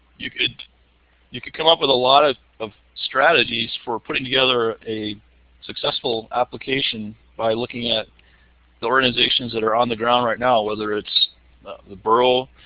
you could you could come up with a lot of of strategies for putting together a successful application by looking at the organizations that are on the ground right now, whether it's the borough,